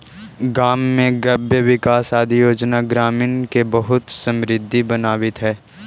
गाँव में गव्यविकास आदि योजना ग्रामीण के बहुत समृद्ध बनावित हइ